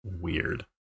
weird